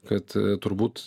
kad turbūt